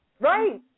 Right